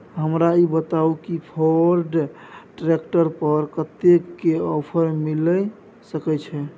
हमरा ई बताउ कि फोर्ड ट्रैक्टर पर कतेक के ऑफर मिलय सके छै?